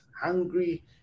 hungry